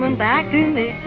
um and back to me